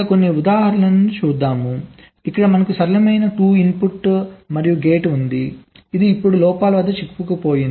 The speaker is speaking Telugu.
కొన్ని ఉదాహరణలను చూద్దాం ఇక్కడ మనకు సరళమైన 2 ఇన్పుట్ మరియు గేట్ ఉంది ఇది ఇప్పుడు లోపాల వద్ద చిక్కుకుపోయింది